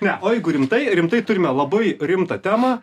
ne o jeigu rimtai rimtai turime labai rimtą temą